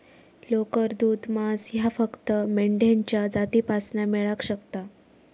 लोकर, दूध, मांस ह्या फक्त मेंढ्यांच्या जातीपासना मेळाक शकता